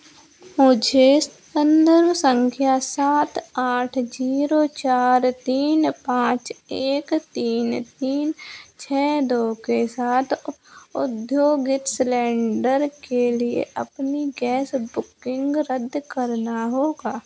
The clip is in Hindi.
मुझे संदर्भ संख्या सात आठ जीरो चार तीन पाँच एक तीन तीन छः दो के साथ औद्योगिक सिलेंडर के लिए अपनी गैस बुकिंग रद्द करना होगा